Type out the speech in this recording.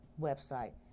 website